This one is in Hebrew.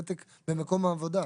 ותק במקום העבודה.